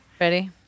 Ready